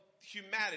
humanity